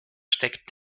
steckt